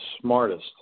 smartest